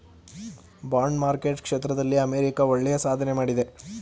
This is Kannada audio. ಬಾಂಡ್ ಮಾರ್ಕೆಟ್ ಕ್ಷೇತ್ರದಲ್ಲಿ ಅಮೆರಿಕ ಒಳ್ಳೆಯ ಸಾಧನೆ ಮಾಡಿದೆ